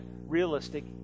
realistic